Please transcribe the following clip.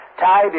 ...Tide